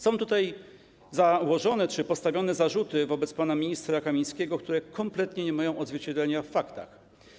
Są tutaj założone czy postawione zarzuty wobec pana ministra Kamińskiego, które kompletnie nie mają odzwierciedlenia w faktach.